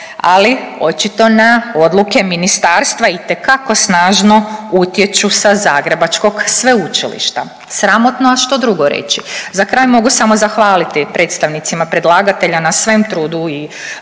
ali očito na odluke ministarstva itekako snažno utječu sa zagrebačkog sveučilišta. Sramotno, a što drugo reći? Za kraj mogu samo zahvaliti predstavnicima predlagatelja na svem trudu i